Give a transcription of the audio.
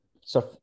Sir